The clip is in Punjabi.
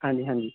ਹਾਂਜੀ ਹਾਂਜੀ